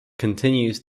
continues